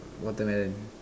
watermelon